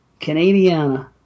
Canadiana